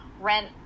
rent